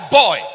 boy